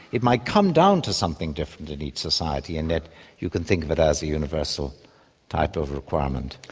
it might come down to something different in each society in that you can think of it as a universal type of requirement.